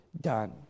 done